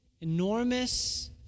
enormous